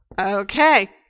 okay